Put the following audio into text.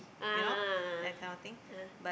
a'ah a'ah a'ah ah